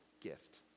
gift